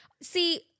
see